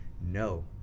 no